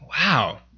Wow